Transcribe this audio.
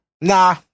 Nah